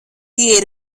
tie